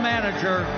Manager